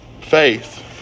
Faith